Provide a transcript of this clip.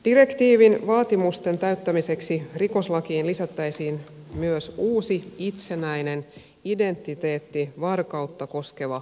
direktiivin vaatimusten täyttämiseksi rikoslakiin lisättäisiin myös uusi itsenäinen identiteettivarkautta koskeva rangaistussäännös